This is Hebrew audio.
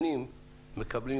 התמורה שמקבלים